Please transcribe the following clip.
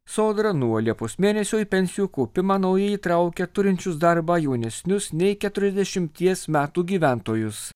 sodra nuo liepos mėnesio į pensijų kaupimą naujai įtraukia turinčius darbą jaunesnius nei keturiasdešimties metų gyventojus